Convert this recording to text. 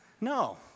No